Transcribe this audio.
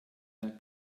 der